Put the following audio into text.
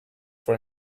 for